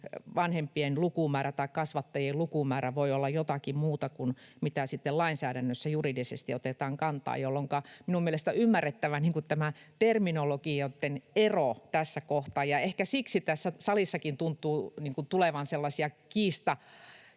lukumäärä tai kasvattajien lukumäärä voi olla jotakin muuta kuin mihin sitten lainsäädännössä juridisesti otetaan kantaa, jolloinka minun mielestäni on ymmärrettävä tämä terminologioitten ero tässä kohtaa, ja ehkä siksi tässä salissakin tuntuu tulevan sellaisia